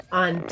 on